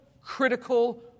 critical